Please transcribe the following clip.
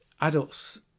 Adults